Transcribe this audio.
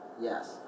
Yes